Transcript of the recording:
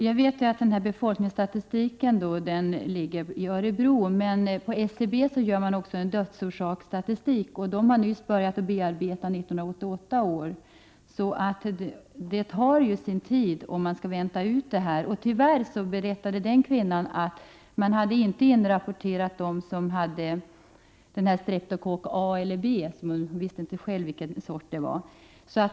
Fru talman! Jag vet att befolkningsstatistiken upprättas i Örebro. Men på SCB gör man också en dödsorsaksstatistik. Där har man nyss börjat bearbeta 1988 års statistik. Det tar sin tid om man skall vänta ut detta. Tyvärr — berättade en kvinna där — hade man inte inrapporterat de dödsfall där streptokock A eller B var dödsorsak. Hon visste inte själv vilken sort det var.